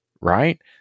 right